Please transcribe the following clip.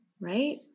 right